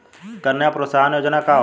कन्या प्रोत्साहन योजना का होला?